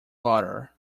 larder